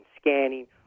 scanning